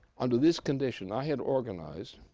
under this condition, i had organized,